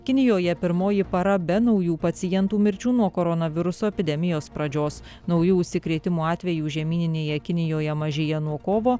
kinijoje pirmoji para be naujų pacientų mirčių nuo koronaviruso epidemijos pradžios naujų užsikrėtimo atvejų žemyninėje kinijoje mažėja nuo kovo